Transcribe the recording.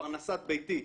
לפרנסת ביתי.